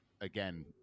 again